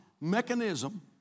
mechanism